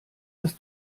das